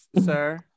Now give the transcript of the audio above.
sir